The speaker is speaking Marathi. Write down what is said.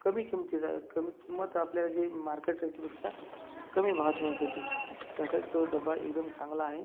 कमी किंमतीचा आहे कमी किंमत आपल्या जी मार्केट रेटपेक्षा कमी भावात मिळते ती त्यासाठी तो डबा एकदम चांगला आहे